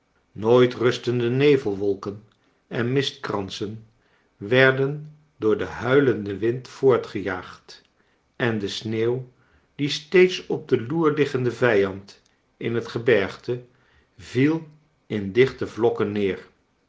nooit rustende nevelwolken en mistkransen werden door den huilenden wind voortgejaagd en de sneeuw die steeds op de loer liggende vijand in het gebergte viel in dichte vlokken neer